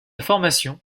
formation